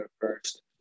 first